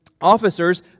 officers